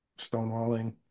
stonewalling